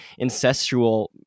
incestual